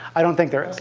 i don't think there